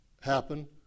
happen